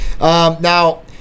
Now